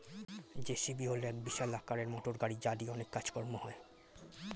JCB হল এক বিশাল আকারের মোটরগাড়ি যা দিয়ে অনেক কাজ কর্ম হয়